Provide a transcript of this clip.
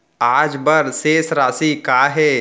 आज बर शेष राशि का हे?